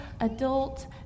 adult